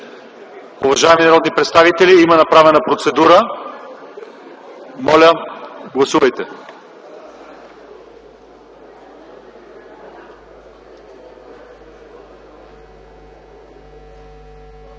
Уважаеми народни представители, има направена процедура. Моля, гласувайте.